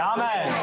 Amen